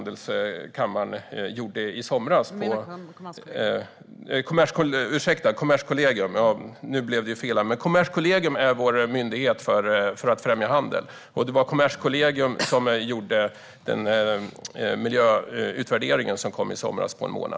Det var också Kommerskollegium som på en månad gjorde den miljöutvärdering som kom i somras.